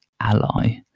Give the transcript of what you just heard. Ally